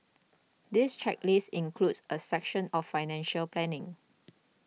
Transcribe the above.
this checklist includes a section on financial planning